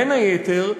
בין היתר,